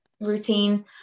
routine